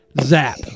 Zap